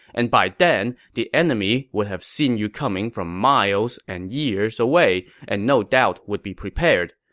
and by then, the enemy would have seen you coming from miles and years away and no doubt would be prepared.